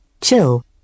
Chill